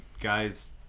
guys